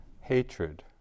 Hatred